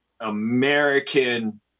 american